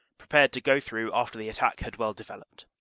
prepared to go through after the attack had well developed.